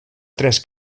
tres